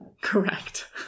Correct